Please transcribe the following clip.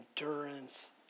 endurance